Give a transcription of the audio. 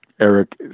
Eric